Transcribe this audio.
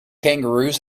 kangaroos